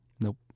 Nope